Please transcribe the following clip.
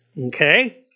Okay